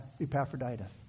Epaphroditus